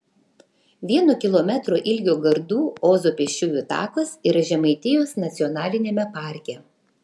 vieno kilometro ilgio gardų ozo pėsčiųjų takas yra žemaitijos nacionaliniame parke